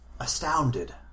astounded